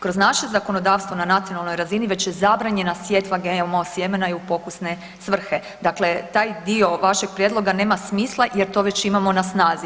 Kroz naše zakonodavstvo na nacionalnoj razini već je zabranjena sjetva GMO sjemena i u pokusne svrhe, dakle, taj dio vašeg prijedloga nema smisla jer to već imamo na snazi.